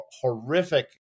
horrific